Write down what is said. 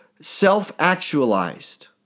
self-actualized